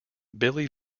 billy